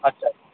अच्छा